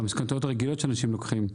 במשכנתאות הרגילות שלוקחים.